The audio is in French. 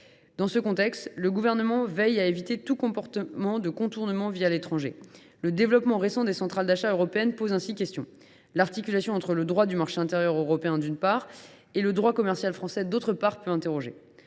Dans ce contexte, le Gouvernement veille à éviter tout comportement de contournement l’étranger. Le développement récent des centrales d’achat européennes pose ainsi problème. L’articulation entre le droit du marché intérieur européen, d’une part, et le droit commercial français, d’autre part, peut interroger.